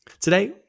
Today